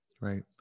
right